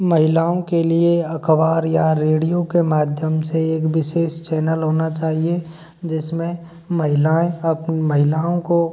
महिलाओं के लिए अखबार या रेडियो के माध्यम से एक विशेष चैनल होना चाहिए जिसमें महिलाएँ महिलाओं को